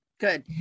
good